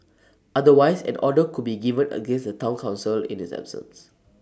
otherwise an order could be given against the Town Council in its absence